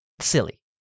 silly